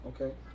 Okay